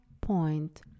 point